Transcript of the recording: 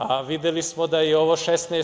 A videli smo da je ovo 16.